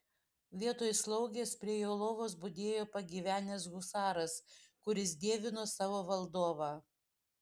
vietoj slaugės prie jo lovos budėjo pagyvenęs husaras kuris dievino savo valdovą